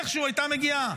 איכשהו הייתה מגיעה,